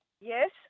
Yes